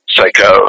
Psycho